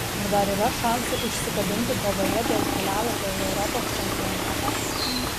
ar dar yra šansų užsikabinti kovoje dėl kelialapio į europos čempionatą